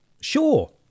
Sure